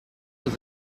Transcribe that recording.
was